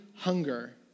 hunger